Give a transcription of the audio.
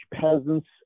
peasants